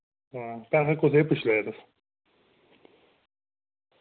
हां पैसे कुसै बी पुच्छी लैएओ तुस